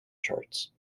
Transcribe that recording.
charts